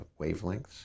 wavelengths